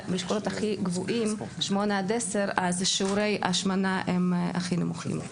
באשכולות הכי גבוהים 10-8 שיעורי ההשמנה הם הכי נמוכים.